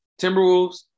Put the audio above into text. Timberwolves